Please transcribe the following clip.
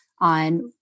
on